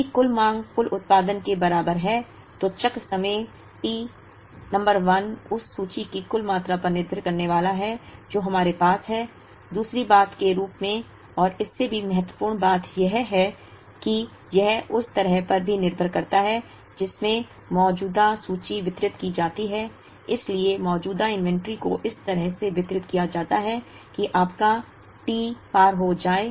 यदि कुल मांग कुल उत्पादन के बराबर है तो चक्र समय T नंबर 1 उस सूची की कुल मात्रा पर निर्भर करने वाला है जो हमारे पास है दूसरी बात के रूप में और इससे भी महत्वपूर्ण बात यह है कि यह उस तरह पर भी निर्भर करता है जिसमें मौजूदा सूची वितरित की जाती है इसलिए मौजूदा इन्वेंट्री को इस तरह से वितरित किया जा सकता है कि आपका T पार हो जाए